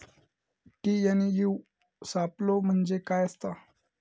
TNAU सापलो म्हणजे काय असतां?